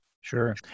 Sure